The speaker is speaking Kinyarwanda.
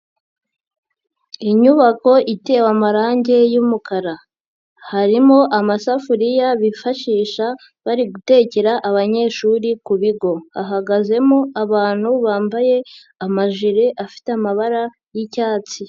Inyubako itewe amarange y'umukara harimo amasafuriya bifashisha bari gutekera abanyeshuri ku bigo, hahagazemo abantu bambaye amajire afite amabara y'icyatsi.